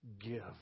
give